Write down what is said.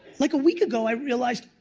like a week ago i realized,